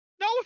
No